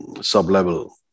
sub-level